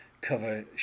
cover